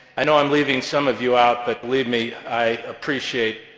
i know i'm leaving some of you out, but, believe me, i appreciate